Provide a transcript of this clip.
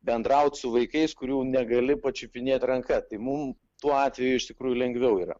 bendraut su vaikais kurių negali pačiupinėti ranka tai mum tuo atveju iš tikrųjų lengviau yra